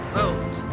vote